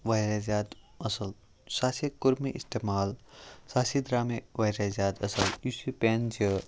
واریاہ زیادٕ اَصٕل سُہ ہاسے کوٚر مےٚ استعمال سُہ ہاسے درٛاو مےٚ واریاہ زیادٕ اَصٕل یُس یہِ پٮ۪ن چھِ